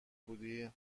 بودی